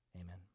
Amen